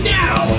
now